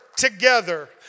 together